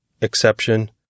exception